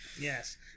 Yes